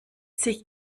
sich